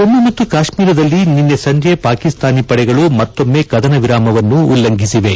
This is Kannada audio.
ಜಮ್ಮು ಮತ್ತು ಕಾಶ್ಮಿರದಲ್ಲಿ ನಿನ್ನೆ ಸಂಜೆ ಪಾಕಿಸ್ತಾನಿ ಪಡೆಗಳು ಮತ್ತೊಮ್ಮೆ ಕದನ ವಿರಾಮವನ್ನು ಉಲ್ಲಂಘಿಸಿವೆ